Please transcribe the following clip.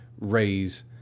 raise